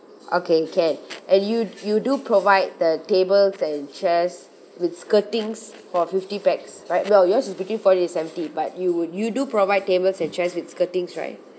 okay can and you you do provide the tables and chairs with skirtings for fifty pax right well yours is between forty to seventy but you would you do provide tables and chairs with skirtings right